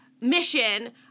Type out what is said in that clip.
mission